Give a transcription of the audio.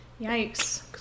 Yikes